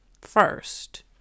First